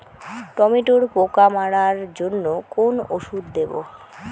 টমেটোর পোকা মারার জন্য কোন ওষুধ দেব?